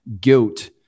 guilt